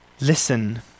Listen